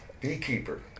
beekeeper